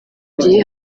gihe